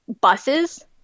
buses